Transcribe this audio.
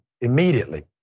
immediately